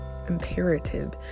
imperative